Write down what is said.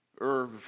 Irv